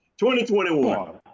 2021